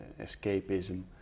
escapism